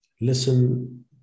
Listen